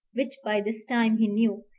which by this time he knew,